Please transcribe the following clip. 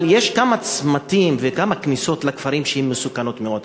אבל יש כמה צמתים וכמה כניסות לכפרים שהם מסוכנים מאוד.